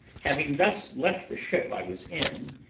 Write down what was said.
having thus left the ship i was in,